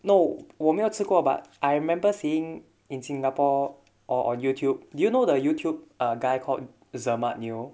no 我没有吃过 but I remember seeing in singapore or on youtube do you know the youtube a guy called zermatt neo